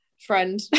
friend